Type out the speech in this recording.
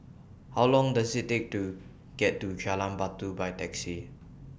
How Long Does IT Take to get to Jalan Batu By Taxi